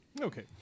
Okay